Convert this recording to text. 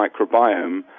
microbiome